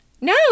No